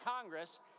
Congress